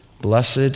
blessed